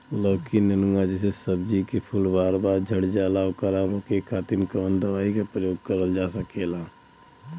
लौकी नेनुआ जैसे सब्जी के फूल बार बार झड़जाला ओकरा रोके खातीर कवन दवाई के प्रयोग करल जा?